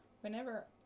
whenever